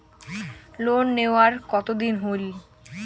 Loan নেওয়ার কতদিন হইল?